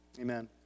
Amen